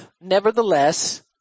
Nevertheless